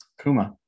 Kuma